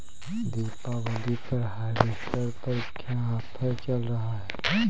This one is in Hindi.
दीपावली पर हार्वेस्टर पर क्या ऑफर चल रहा है?